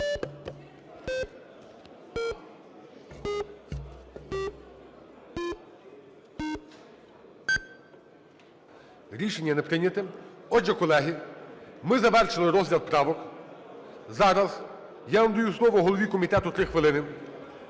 Рішення не прийнято. Отже, колеги, ми завершили розгляд правок. Зараз я надаю слово голові комітету – 3 хвилини,